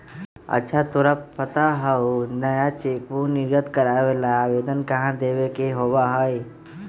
अच्छा तोरा पता हाउ नया चेकबुक निर्गत करावे ला आवेदन कहाँ देवे के होबा हई?